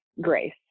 grace